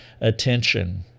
attention